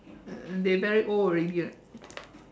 they very old already right